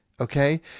okay